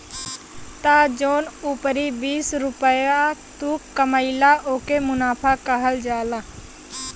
त जौन उपरी बीस रुपइया तू कमइला ओके मुनाफा कहल जाला